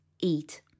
Eat